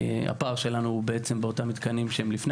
הפער שלנו הוא באותם מתקנים שהם מלפני